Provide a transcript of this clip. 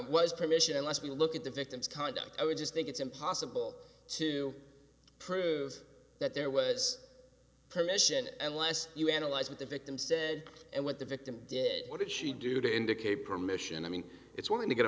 was permission unless we look at the victim's conduct i would just think it's impossible to prove that there was permission and last you analyze what the victim said and what the victim did what did she do to indicate permission i mean it's want to get a